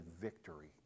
victory